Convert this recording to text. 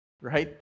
Right